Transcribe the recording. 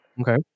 Okay